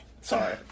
Sorry